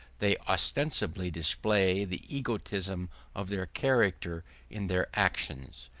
they ostensibly display the egotism of their character in their actions.